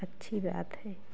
अच्छी बात है